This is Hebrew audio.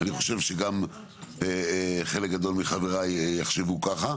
אני חושב שגם חלק גדול מחבריי יחשבו ככה,